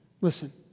Listen